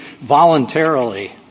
voluntarily